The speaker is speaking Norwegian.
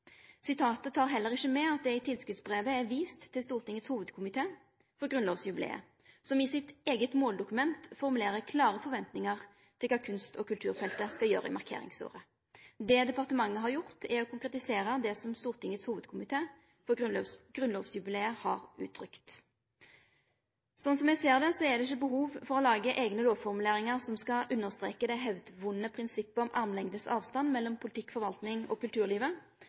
Sitatet tek heller ikkje med at det i tildelingsbrevet er vist til Stortingets hovudkomité for grunnlovsjubileet, som i sitt eige måldokument formulerer klare forventingar til kva kunst- og kulturfeltet skal gjere i markeringsåret. Det departementet har gjort, er å konkretisere det som Stortingets hovudkomité for grunnlovsjubileet har uttrykt. Slik eg ser det, er det ikkje behov for å lage eigne lovformuleringar som skal understreke det hevdvunne prinsippet om armlengdes avstand mellom politikk, forvalting og kulturlivet,